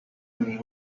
company